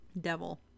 Devil